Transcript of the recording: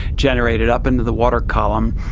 generated up into the water column.